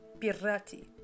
Pirati